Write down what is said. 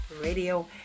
Radio